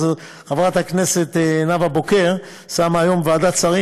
חברת הכנסת נאוה בוקר שמה היום בוועדת שרים